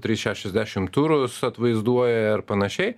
trys šešiasdešim turus atvaizduoja ar panašiai